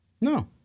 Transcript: No